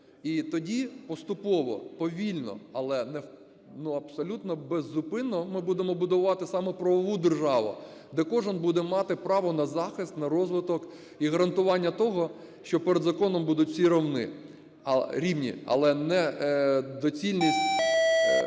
і тоді поступово повільно, але абсолютно безупинно, ми будемо будувати саме правову державу, де кожен буде мати право на захист, на розвиток і гарантування того, що перед законом будуть всі равны, рівні. Але не… доцільність